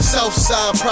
Southside